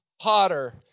hotter